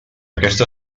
aquesta